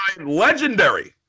Legendary